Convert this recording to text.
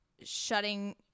shutting